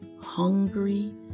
hungry